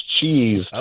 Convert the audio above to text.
cheese